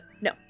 no